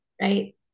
Right